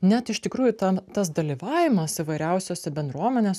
net iš tikrųjų tan tas dalyvavimas įvairiausiuose bendruomenės